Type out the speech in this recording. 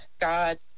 God